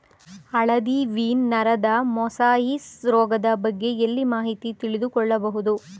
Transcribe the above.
ಹಳದಿ ವೀನ್ ನರದ ಮೊಸಾಯಿಸ್ ರೋಗದ ಬಗ್ಗೆ ಎಲ್ಲಿ ಮಾಹಿತಿ ತಿಳಿದು ಕೊಳ್ಳಬಹುದು?